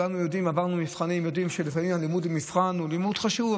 עברנו מבחנים וכולנו יודעים שלפעמים הלימוד למבחן הוא לימוד חשוב,